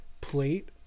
plate